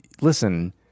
listen